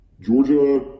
Georgia